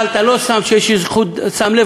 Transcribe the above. אבל אתה לא שם לב שיש חוט דק